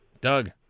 Doug